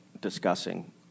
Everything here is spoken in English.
discussing